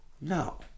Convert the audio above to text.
no